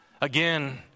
again